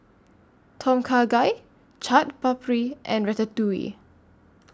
Tom Kha Gai Chaat Papri and Ratatouille